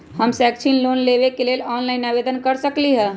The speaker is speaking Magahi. हम शैक्षिक लोन लेबे लेल ऑनलाइन आवेदन कैसे कर सकली ह?